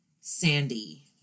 Sandy